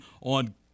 on